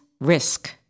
risk